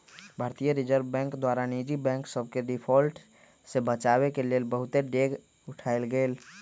भारतीय reserve bank द्वारा निजी बैंक सभके डिफॉल्ट से बचाबेके लेल बहुते डेग उठाएल गेल